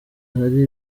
hari